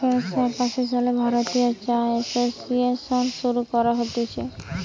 আঠার শ একাশি সালে ভারতীয় চা এসোসিয়েসন শুরু করা হতিছে